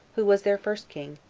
who was their first king,